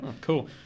Cool